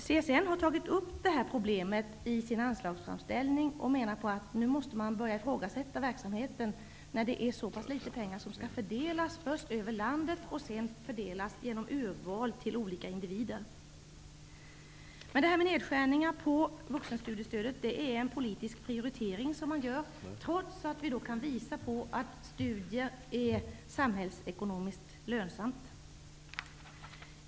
CSN har tagit upp detta problem i sin anslagsframställning och menar att man nu måste börja ifrågasätta verksamheten eftersom det är så pass litet pengar som skall fördelas, först över landet och sedan genom urval till olika individer. Frågan om nedskärningar av vuxenstudiestödet är en politisk prioritering, trots att vi kan visa att studier är samhällsekonomiskt lönsamt.